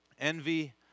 envy